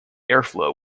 airflow